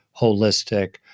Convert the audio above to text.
holistic